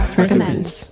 recommends